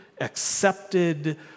accepted